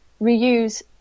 reuse